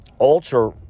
ultra